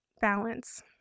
balance